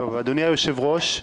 אדוני היושב-ראש,